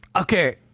Okay